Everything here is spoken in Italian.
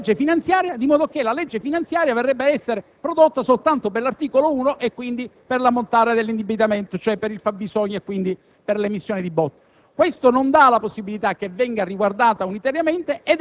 che espungono la realtà e la sostanzialità della legge finanziaria di modo che quest'ultima verrebbe ad essere prodotta soltanto per articolo 1, vale a dire per l'ammontare dell'indebitamento, cioè per il fabbisogno e quindi per l'emissione di BOT.